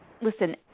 listen